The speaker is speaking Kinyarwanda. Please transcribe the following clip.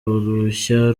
uruhushya